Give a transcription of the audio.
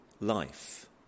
life